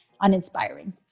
uninspiring